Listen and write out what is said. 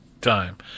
time